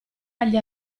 agli